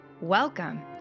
welcome